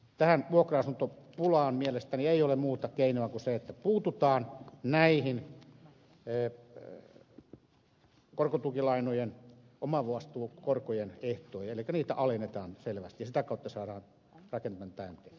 tähän vuokra asuntopulaan ei mielestäni ole muuta keinoa kuin se että puututaan näihin korkotukilainojen omavastuukorkojen ehtoihin elikkä niitä alennetaan selvästi ja sitä kautta saadaan rakentaminen käyntiin